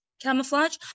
camouflage